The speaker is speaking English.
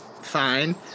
fine